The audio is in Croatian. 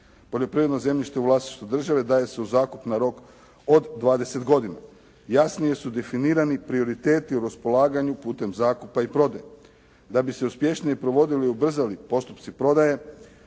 Poljoprivredno zemljište u vlasništvu države daje se u zakup na rok od 20 godina. Jasnije su definirani prioriteti o raspolaganju putem zakupa i prodaje. Da bi se uspješnije provodili i ubrzali postupci prodaje,